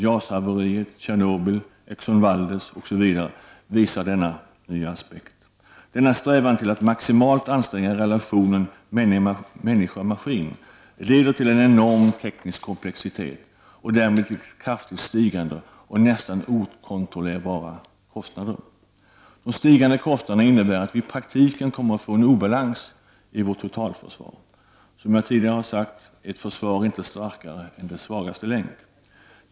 JAS-haveriet, Tjernobyl, Exxon Valdez osv. visar på denna nya aspekt. Denna strävan till att maximalt anstränga relationen människa —maskin leder till en enorm teknisk komplexitet, och därmed kraftigt stigande och nästan okontrollerbara kostnader. De stigande kostnaderna innebär att vi i praktiken kommer att få en obalans i vårt totalförsvar. Som jag tidigare har sagt är ett försvar inte starkare än dess svagaste länk.